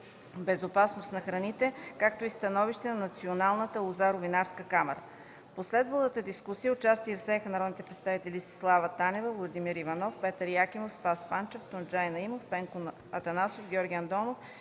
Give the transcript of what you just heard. безопасност на храните, както и становище на Националната лозаро-винарска камара. В последвалата дискусия участие взеха народните представители Десислава Танева, Владимир Иванов, Петър Якимов, Спас Панчев, Тунджай Наимов, Пенко Атанасов, Георги Андонов